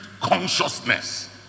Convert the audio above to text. consciousness